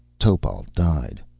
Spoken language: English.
topal died.